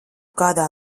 kādā